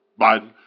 Biden